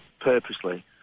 purposely